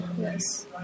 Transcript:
Yes